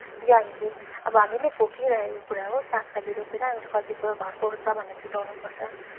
यो हामीले अब हामीले भोगिरहेको कुरा हो सागसब्जी रोपेर हामीले कति कुरो घरको सामानहरू जुटाउनुपर्छ